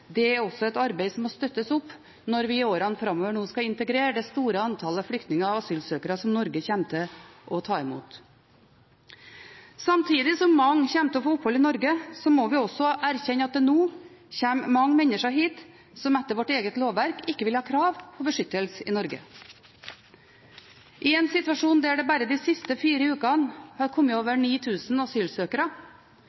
det er også et arbeid som må støttes opp når vi i årene framover skal integrere det store antallet flyktninger og asylsøkere som Norge kommer til å ta imot. Samtidig som mange kommer til å få opphold i Norge, må vi også erkjenne at det nå kommer mange mennesker hit som etter vårt eget lovverk ikke vil ha krav på beskyttelse i Norge. I en situasjon der det bare de siste fire ukene har kommet over 9 000 asylsøkere,